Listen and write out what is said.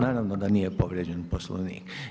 Naravno da nije povrijeđen Poslovnik.